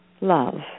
love